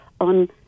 on